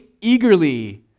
eagerly